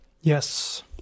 Yes